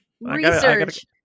Research